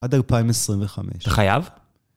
עד 2025. אתה חייב?